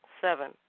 Seven